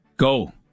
Go